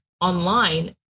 online